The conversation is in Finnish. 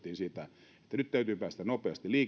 sitä että nyt täytyy päästä nopeasti